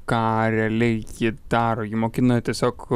ką realiai ji daro ji mokina tiesiog